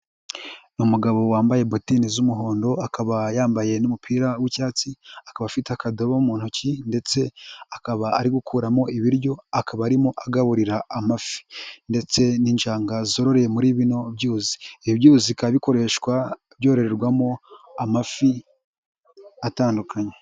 Ni umugabo wambaye botine z'umuhondo akaba yambaye n'umupira w'icyatsi. Akaba afite akadobo mu ntoki ndetse akaba ari gukuramo ibiryo akaba arimo agaburira amafi ndetse n'injanga zororeye muri bino byuzi. Ibi byuzi bikaba bikoreshwa byororerwamo amafi atandukanye.